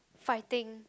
fighting